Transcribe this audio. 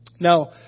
Now